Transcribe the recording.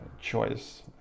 choice